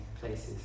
places